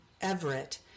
Everett